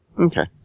Okay